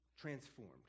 transformed